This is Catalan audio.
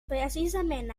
precisament